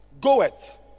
goeth